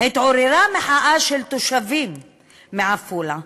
התעוררה מחאה של תושבים מעפולה,